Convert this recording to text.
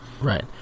Right